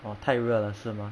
oh 太热了是吗